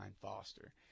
Foster